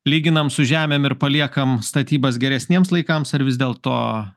lyginam su žemėm ir paliekam statybas geresniems laikams ar vis dėlto